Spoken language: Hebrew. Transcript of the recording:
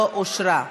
לא אושרה.